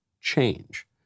change